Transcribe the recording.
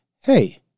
Hey